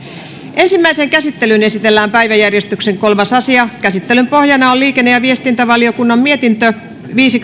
ensimmäiseen käsittelyyn esitellään päiväjärjestyksen kolmas asia käsittelyn pohjana on liikenne ja viestintävaliokunnan mietintö viisi